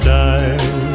die